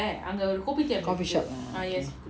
coffee shop ah I think